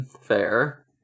Fair